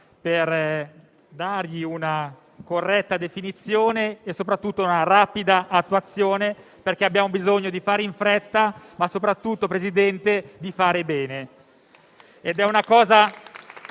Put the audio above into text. per dargli una corretta definizione e soprattutto una rapida attuazione. Abbiamo bisogno, infatti, di fare in fretta, ma soprattutto, signor Presidente, di fare bene.